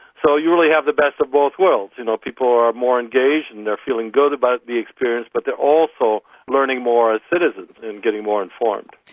so you really have the best of both worlds, you know, people are more engaged and they're feeling good about the experience, but they're also learning more as citizens and getting more informed.